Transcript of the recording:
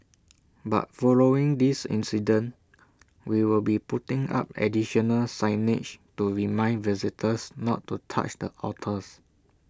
but following this incident we will be putting up additional signage to remind visitors not to touch the otters